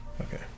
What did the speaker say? Okay